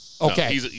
Okay